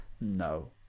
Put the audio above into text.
no